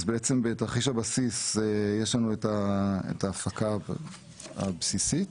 בתרחיש הבסיס בעצם יש לנו את ההפקה הבסיסית,